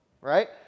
Right